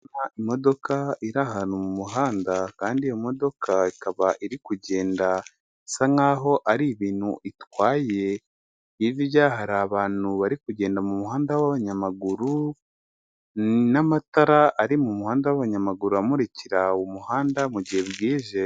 Imodoka iri ahantu mu muhanda kandi iyo modoka ikaba iri kugenda isa nkaho ari ibintu itwaye, hirya hari abantu bari kugenda mu muhanda w'abanyamaguru n'amatara ari mu muhanda w'abanyamaguru amurikira umuhanda mu gihe bwije.